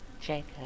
Jacob